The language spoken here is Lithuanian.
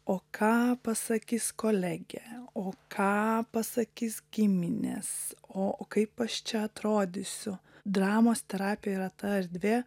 o ką pasakys kolegė o ką pasakys giminės o kaip aš čia atrodysiu dramos terapija yra ta erdvė